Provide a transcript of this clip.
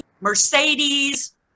Mercedes